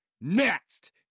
Next